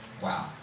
Wow